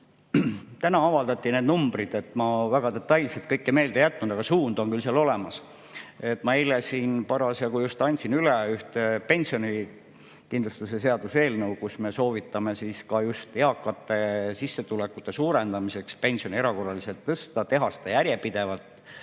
Täna avaldati need numbrid. Ma väga detailselt kõike meelde ei jätnud, aga suund on seal olemas. Ma eile parasjagu andsin üle ühe pensionikindlustuse seaduse eelnõu, kus me soovitame just eakate sissetulekute suurendamiseks pensioni erakorraliselt tõsta, teha seda järjepidevalt